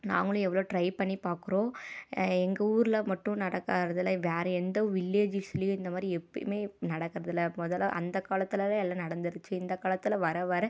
நாங்களும் எவ்வளோ ட்ரை பண்ணி பார்க்குறோம் எங்கள் ஊரில் மட்டும் நடக்கிறதில்ல வேறு எந்த வில்லேஜஸ்லையும் இந்த மாதிரி எப்போயுமே நடக்கிறதில்ல மொதலில் அந்த காலத்தில் தான் எல்லா நடந்துருச்சு இந்த காலத்தில் வர வர